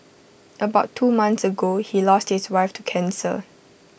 about two months ago he lost his wife to cancer